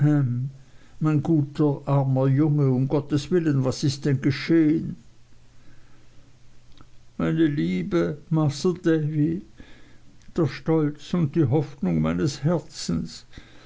mein armer guter junge um gotteswillen was ist denn geschehen meine liebe masr davy der stolz und die hoffnung meines herzens